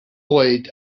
oed